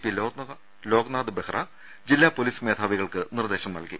P Loknath Behera ജില്ലാ police മേധാവികൾക്ക് നിർദേശം നൽകി